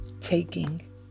taking